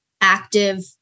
active